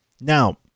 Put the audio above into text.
Now